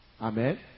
Amen